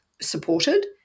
supported